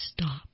stop